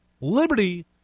Liberty